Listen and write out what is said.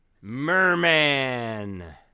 Merman